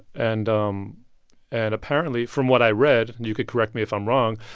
and um and apparently, from what i read and you could correct me if i'm wrong